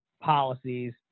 policies